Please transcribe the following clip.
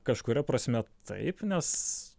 kažkuria prasme taip nes